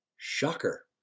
Shocker